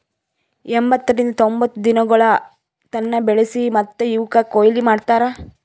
ಎಂಬತ್ತರಿಂದ ತೊಂಬತ್ತು ದಿನಗೊಳ್ ತನ ಬೆಳಸಿ ಮತ್ತ ಇವುಕ್ ಕೊಯ್ಲಿ ಮಾಡ್ತಾರ್